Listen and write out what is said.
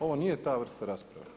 Ovo nije ta vrsta rasprave.